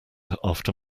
after